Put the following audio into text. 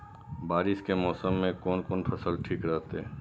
बारिश के मौसम में कोन कोन फसल ठीक रहते?